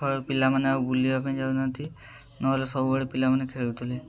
ଫଳରେ ପିଲାମାନେ ଆଉ ବୁଲିବା ପାଇଁ ଯାଉନାହାନ୍ତି ନହେଲେ ସବୁବେଳେ ପିଲାମାନେ ଖେଳୁଥିଲେ